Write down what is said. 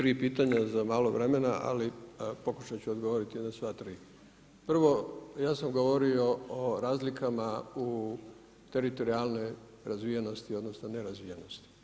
3 pitanja za malo vremena, ali pokušat ću odgovoriti na sva 3. prvo ja sam govorio o razlikama u teritorijalnoj razvijenosti odnosno nerazvijenosti.